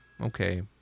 okay